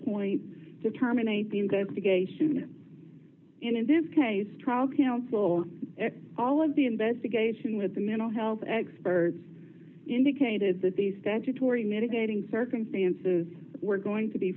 point to terminate the investigation in this case trial counsel all of the investigation with the mental health experts indicated that the statutory mitigating circumstances were going to be